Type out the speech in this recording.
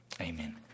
Amen